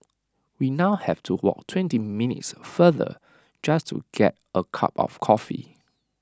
we now have to walk twenty minutes farther just to get A cup of coffee